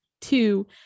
Two